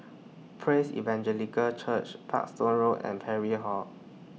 Praise Evangelical Church Parkstone Road and Parry Hall